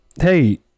Hey